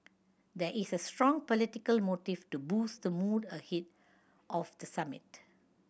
there is a strong political motive to boost the mood ahead of the summit